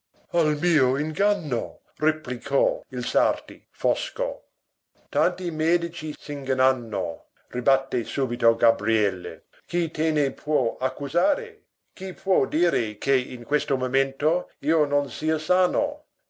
al mio inganno replicò il sarti fosco tanti medici s'ingannano ribatté subito gabriele chi te ne può accusare chi può dire che in questo momento io non sia sano